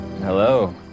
Hello